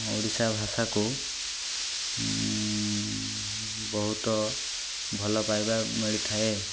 ଓଡ଼ିଶା ଭାଷାକୁ ବହୁତ ଭଲ ପାଇବା ମିଳିଥାଏ